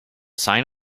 sign